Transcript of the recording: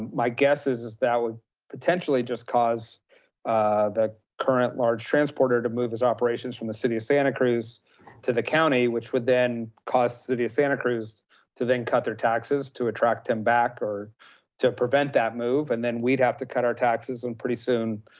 my guess is that would potentially just cause the current large transporter to move his operations from the city of santa cruz to the county, which would then cause city of santa cruz to then cut their taxes to attract him back or to prevent that move, and then we'd have to cut our taxes and pretty soon